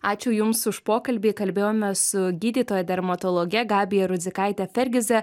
ačiū jums už pokalbį kalbėjome su gydytoja dermatologe gabija rudzikaite fergize